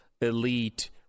elite